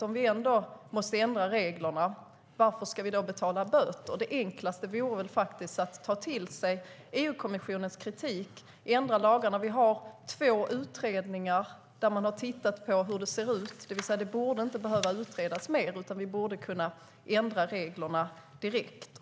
Om vi ändå måste ändra reglerna, varför ska vi då betala böter? Det enklaste vore att ta till sig EU-kommissionens kritik och ändra lagarna. Vi har två utredningar där man har tittat på hur det ser ut. Det borde inte behöva utredas mer, utan vi borde kunna ändra reglerna direkt.